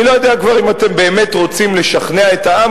אני לא יודע כבר אם אתם באמת רוצים לשכנע את העם,